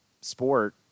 sport